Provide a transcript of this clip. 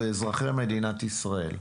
זה אזרחי מדינת ישראל.